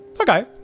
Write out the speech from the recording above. Okay